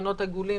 שולחנות עגולים,